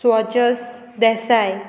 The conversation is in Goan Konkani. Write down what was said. स्वजस देसाय